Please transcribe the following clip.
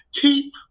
keep